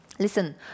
Listen